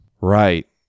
Right